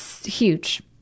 huge